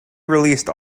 released